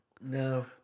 No